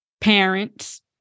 parents